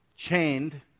chained